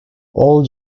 all